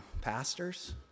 pastors